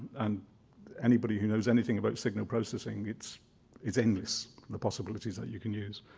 and anybody who knows anything about signal processing, it's it's endless, the possibilities are you can use.